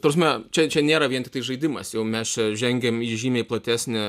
ta prasme čia čia nėra vien tik žaidimas jau mes žengėm į žymiai platesnę